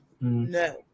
no